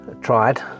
tried